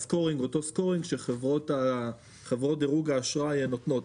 שאותו סקורינג שחברות דירוג האשראי נותנות.